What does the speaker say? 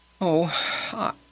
Oh